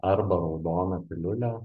arba raudona piliulė